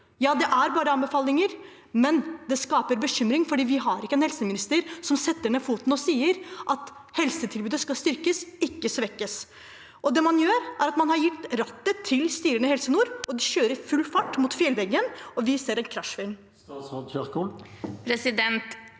Ja, det er bare anbefalinger, men det skaper bekymring fordi vi ikke har en helseminister som setter ned foten og sier at helsetilbudet skal styrkes, ikke svekkes. Det man har gjort, er å gi rattet til styrene i Helse nord, og de kjører full fart mot fjellveggen – og vi ser en krasjfilm. Statsråd